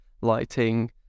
lighting